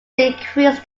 increase